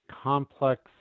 complex